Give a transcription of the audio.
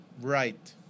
Right